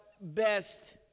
best